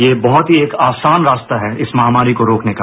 ये एक बहुत ही आसान रास्ता है इस महामारी को रोकने का